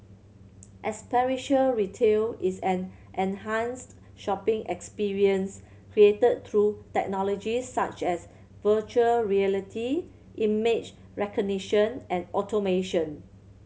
experiential retail is an enhanced shopping experience created through technologies such as virtual reality image recognition and automation